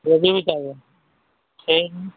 گوبھی بھی چاہیے ٹھیک ہے